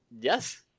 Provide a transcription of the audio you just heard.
Yes